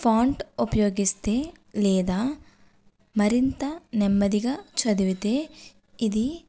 font ఉపయోగిస్తే లేదా మరింత నెమ్మదిగా చదివితే ఇది